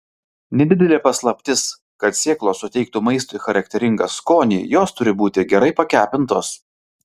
nedidelė paslaptis kad sėklos suteiktų maistui charakteringą skonį jos turi būti gerai pakepintos